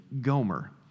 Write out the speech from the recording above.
Gomer